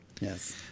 Yes